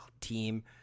team